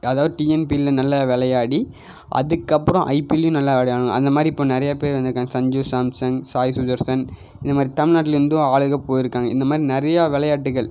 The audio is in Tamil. அதாவது டிஎன்பிஎல்லில் நல்ல விளையாடி அதுக்கப்புறம் ஐபிஎல்லியும் நல்லா விளையாடணும் அந்தமாதிரி இப்போ நிறையா பேர் வந்திருக்காங்கா சஞ்சு சாம்சன் சாய் சுதர்ஷன் இந்தமாதிரி தமிழ்நாட்லருந்தும் ஆளுகள் போயிருக்காங்க இந்தமாதிரி நிறையா விளையாட்டுக்கள்